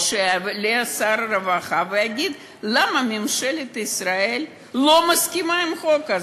או שיעלה שר הרווחה ויגיד למה ממשלת ישראל לא מסכימה עם החוק הזה.